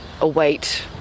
await